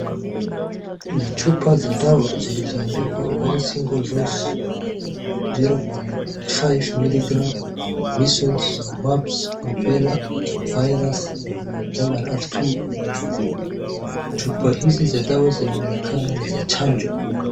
Ni chupa za dawa zilizoandikwa one single dose zero pont five miligram, Measlea, Mumps, Rubela virus MRR two . Chupa hizi za dawa zinaonekana ni za chanjo.